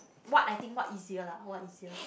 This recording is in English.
what I think what easier lah what easier